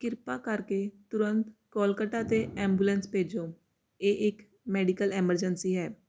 ਕਿਰਪਾ ਕਰਕੇ ਤੁਰੰਤ ਕੋਲਕੱਤਾ ਤੇ ਐਂਬੂਲੈਂਸ ਭੇਜੋ ਇਹ ਇੱਕ ਮੈਡੀਕਲ ਐਮਰਜੈਂਸੀ ਹੈ